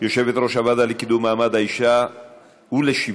יושבת-ראש הוועדה לקידום מעמד האישה ולשוויון